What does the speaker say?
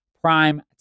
Prime